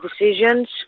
decisions